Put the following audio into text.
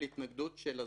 התנגדות של הזוכים.